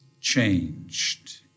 changed